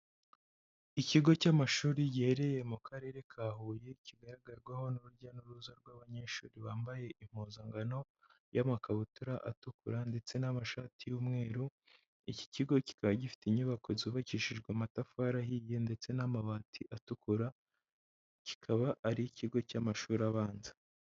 Ikigo cy'amashuri giherereye mu Karere ka Huye, kigaragarwaho n'urujya n'uruza rw'abanyeshuri bambaye impuzangano, y'amakabutura atukura ndetse n'amashati y'umweru, iki kigo kikaba gifite inyubako zubabakishijwe amatafari ahiye ndetse n'amabati atukura, kikaba ari ikigo cy'amashuri abanza.